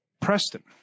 Preston